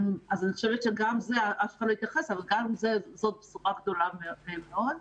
גם זאת בשורה גדולה מאוד.